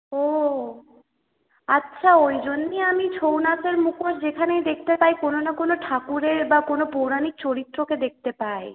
ও আচ্ছা ওই জন্যই আমি ছৌ নাচের মুখোশ যেখানেই দেখতে পাই কোন না কোন ঠাকুরের বা কোন পৌরাণিক চরিত্রকে দেখতে পাই